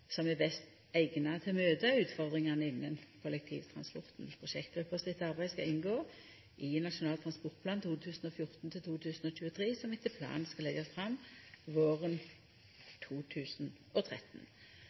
som er best eigna til å møta utfordringane innan kollektivtransporten. Prosjektgruppa sitt arbeid skal inngå i Nasjonal transportplan 2014–2023, som etter planen skal leggjast fram våren